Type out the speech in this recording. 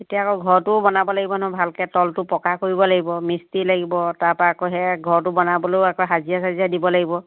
এতিয়া আকৌ ঘৰটোও বনাব লাগিব নহয় ভালকে তলটো পকা কৰিব লাগিব মিষ্ট্তি লাগিব তাৰপৰা আকৌ সেয়া ঘৰটো বনাবলেও আকৌ হাজিৰা চাজিৰা দিব লাগিব